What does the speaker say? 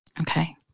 Okay